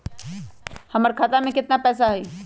हमर खाता में केतना पैसा हई?